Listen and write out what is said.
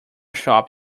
shop